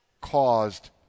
caused